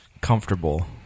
comfortable